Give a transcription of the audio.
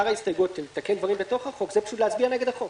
זה פשוט להצביע נגד החוק.